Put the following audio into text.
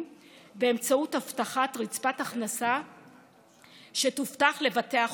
באמצעות אבטחת רצפת הכנסה שתובטח לבתי החולים.